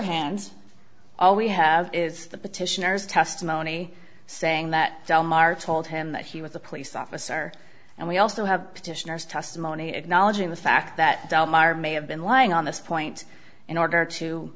hand all we have is the petitioners testimony saying that mark told him that he was the police officer and we also have petitioners testimony acknowledging the fact that del mar may have been lying on this point in order to